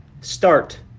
Start